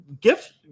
gift